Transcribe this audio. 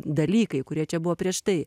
dalykai kurie čia buvo prieš tai